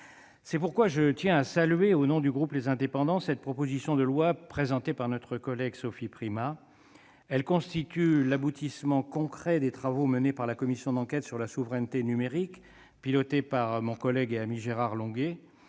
C'est pourquoi je tiens à saluer, au nom du groupe Les Indépendants, cette proposition de loi présentée par notre collègue Sophie Primas. Elle constitue l'aboutissement concret des travaux menés par la commission d'enquête sur la souveraineté numérique, pilotée par mon collègue et ami Gérard Longuet.